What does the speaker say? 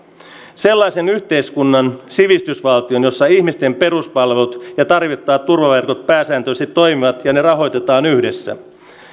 sellaisen yhteiskunnan sivistysvaltion jossa ihmisten peruspalvelut ja tarvittavat turvaverkot pääsääntöisesti toimivat ja ne rahoitetaan yhdessä